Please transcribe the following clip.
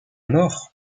mort